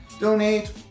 donate